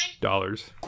dollars